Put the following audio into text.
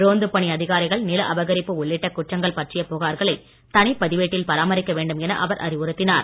ரோந்துப் பணி அதிகாரிகள் நில அபகரிப்பு உள்ளிட்ட குற்றங்கள் பற்றிய புகார்களை தனிப் பதிவேட்டில் பராமரிக்க வேண்டும் என அவர் அறிவுறுத்தினார்